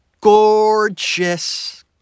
gorgeous